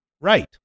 right